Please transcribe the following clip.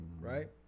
right